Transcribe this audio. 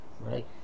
right